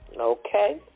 Okay